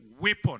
weapon